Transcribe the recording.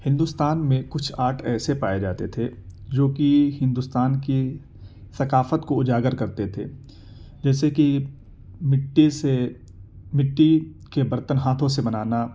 ہندوستان میں کچھ آرٹ ایسے پائے جاتے تھے جو کہ ہندوستان کی ثقافت کو اجاگر کرتے تھے جیسے کہ مٹی سے مٹی کے برتن ہاتھوں سے بنانا